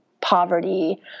poverty